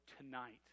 tonight